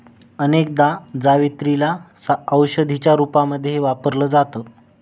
अनेकदा जावेत्री ला औषधीच्या रूपामध्ये वापरल जात